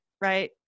right